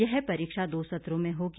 यह परीक्षा दो सत्रों मे होगी